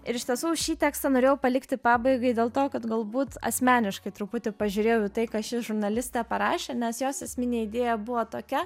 ir iš tiesų šį tekstą norėjau palikti pabaigai dėl to kad galbūt asmeniškai truputį pažiūrėjau į tai ką ši žurnalistė parašė nes jos esminė idėja buvo tokia